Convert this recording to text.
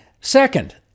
Second